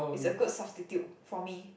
it's a good substitute for me